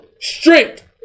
strength